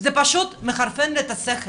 זה פשוט מחרפן לי את השכל.